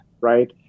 right